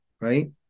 right